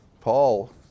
Paul